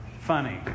funny